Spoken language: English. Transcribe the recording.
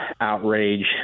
outrage